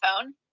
phone